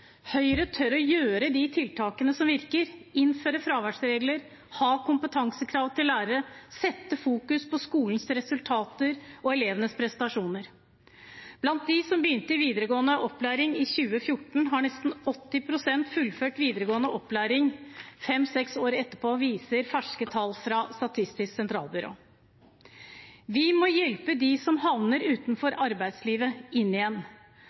Høyre tør å gjøre de tiltakene som virker: innføre fraværsregler, ha kompetansekrav til lærere, fokusere på skolens resultater og elevenes prestasjoner. Blant dem som begynte i videregående opplæring i 2014, har nesten 80 pst. fullført videregående opplæring fem–seks år etterpå, viser ferske tall fra Statistisk Sentralbyrå. Vi må hjelpe dem som havner utenfor arbeidslivet, inn igjen